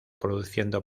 produciendo